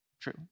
true